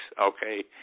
okay